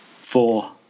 Four